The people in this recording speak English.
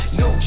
no